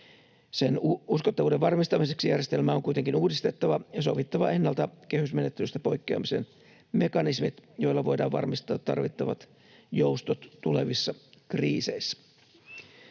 Sen uskottavuuden varmistamiseksi järjestelmä on kuitenkin uudistettava ja sovittava ennalta kehysmenettelystä poikkeamisen mekanismit, joilla voidaan varmistaa tarvittavat joustot tulevissa kriiseissä.